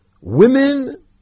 women